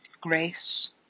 Grace